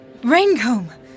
Raincomb